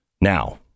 now